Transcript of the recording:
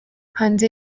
hanze